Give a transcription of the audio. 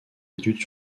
études